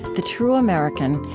the true american,